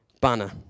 banner